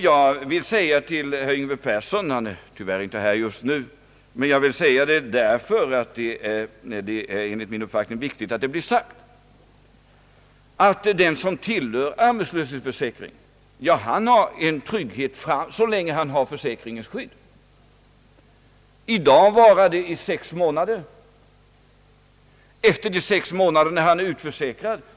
Jag vill säga till herr Yngve Persson, som tyvärr inte är här just nu — det är enligt min uppfattning viktigt att det blir sagt — att den som tillhör arbetslöshetsförsäkringen har en trygghetsfaktor så länge han har försäkringens skydd. I dag varar skyddet sex månader. Efter de sex månaderna är han utförsäkrad.